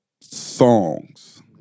songs